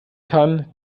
kann